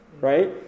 Right